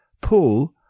Paul